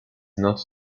not